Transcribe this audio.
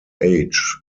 age